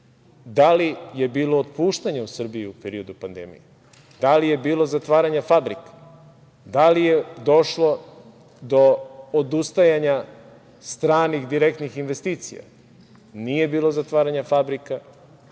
Da li je bilo otpuštanja u Srbiji u periodu pandemije? Da li je bilo zatvaranje fabrika? Da li je došlo do odustajanja stranih, direktnih investicija? Nije bilo zatvaranje fabrika.